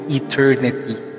eternity